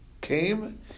came